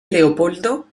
leopoldo